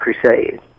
Crusade